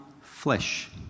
flesh